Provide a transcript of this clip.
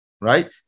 right